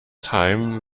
time